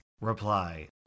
Reply